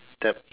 step